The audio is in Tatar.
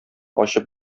ачып